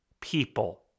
people